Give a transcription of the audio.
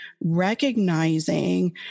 recognizing